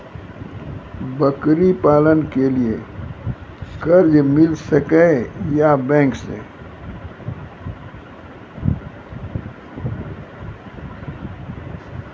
बकरी पालन के लिए कर्ज मिल सके या बैंक से?